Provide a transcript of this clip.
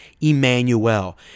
Emmanuel